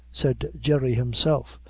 said jerry himself.